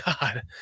god